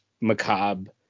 macabre